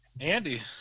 Andy